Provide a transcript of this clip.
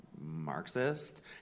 Marxist